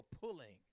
pulling